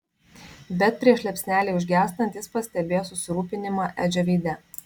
bet prieš liepsnelei užgęstant jis pastebėjo susirūpinimą edžio veide